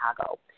Chicago